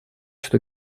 что